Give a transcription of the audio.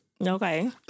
Okay